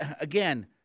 again